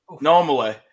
normally